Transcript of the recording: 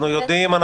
אנחנו יודעים.